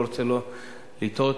אני לא רוצה לטעות,